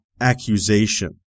accusation